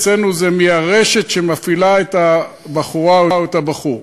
אצלנו זה מהרשת שמפעילה את הבחורה או את הבחור.